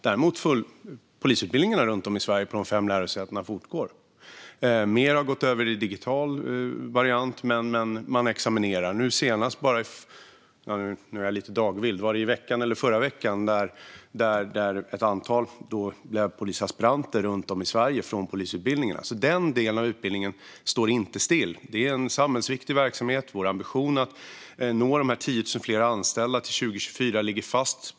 Däremot fortgår polisutbildningarna runt om i Sverige på de fem lärosätena. Mer av utbildningen har blivit digital. Men man examinerar. I förra veckan blev ett antal personer från polisutbildningarna runt om i Sverige polisaspiranter. Den delen av utbildningen står alltså inte still. Det är en samhällsviktig verksamhet. Vår ambition att se till att det blir 10 000 fler anställda till 2024 ligger fast.